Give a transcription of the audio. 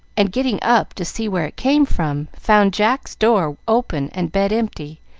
and, getting up to see where it came from, found jack's door open and bed empty,